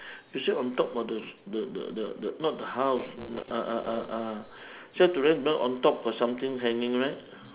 you say on top of the the the the not the house the uh uh uh uh shack to rent that one on top got something hanging right